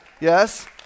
Yes